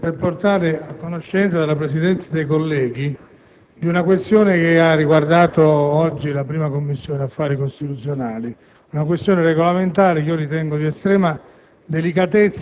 per portare a conoscenza la Presidenza e i colleghi di una questione che ha riguardato oggi la Commissione affari costituzionali. Si tratta di una questione regolamentare, che ritengo di estrema